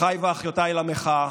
אחיי ואחיותיי למחאה,